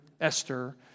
Esther